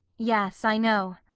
yes i know.